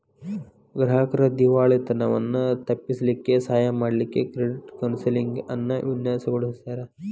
ಗ್ರಾಹಕ್ರ್ ದಿವಾಳಿತನವನ್ನ ತಪ್ಪಿಸ್ಲಿಕ್ಕೆ ಸಹಾಯ ಮಾಡ್ಲಿಕ್ಕೆ ಕ್ರೆಡಿಟ್ ಕೌನ್ಸೆಲಿಂಗ್ ಅನ್ನ ವಿನ್ಯಾಸಗೊಳಿಸ್ಯಾರ್